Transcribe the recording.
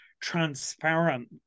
transparent